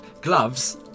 Gloves